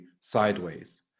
sideways